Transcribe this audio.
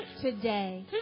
today